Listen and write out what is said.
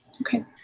Okay